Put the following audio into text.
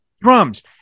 drums